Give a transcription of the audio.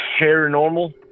paranormal